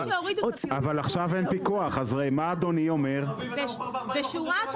אז גם כשהורידו את הפיקוח, עדיין אין חמאה.